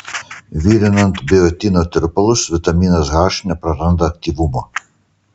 virinant biotino tirpalus vitaminas h nepraranda aktyvumo